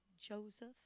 Joseph